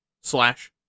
slash